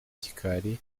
gikari